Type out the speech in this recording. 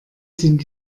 sind